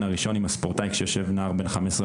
הראשון עם הספורטאי כאשר יושב נער בן 15,